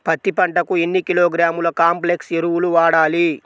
పత్తి పంటకు ఎన్ని కిలోగ్రాముల కాంప్లెక్స్ ఎరువులు వాడాలి?